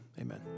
Amen